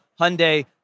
Hyundai